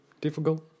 difficult